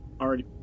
already